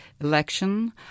election